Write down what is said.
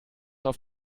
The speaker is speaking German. auf